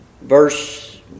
Verse